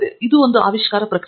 ಇದು ಆವಿಷ್ಕಾರ ಪ್ರಕ್ರಿಯೆಯಾಗಿದೆ